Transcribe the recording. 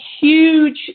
huge